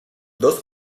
dos